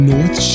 North